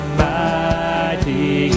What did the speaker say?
mighty